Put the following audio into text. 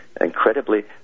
incredibly